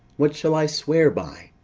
what shall i swear by?